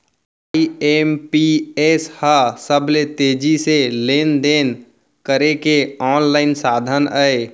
IMPS ह सबले तेजी से लेन देन करे के आनलाइन साधन अय